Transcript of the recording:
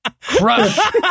crush